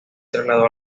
trasladó